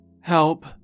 Help